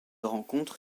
rencontre